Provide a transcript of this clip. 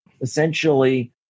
essentially